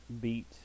beat